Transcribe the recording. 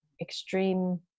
extreme